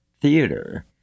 theater